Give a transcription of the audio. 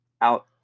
Out